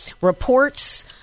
reports